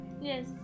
Yes